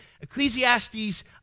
Ecclesiastes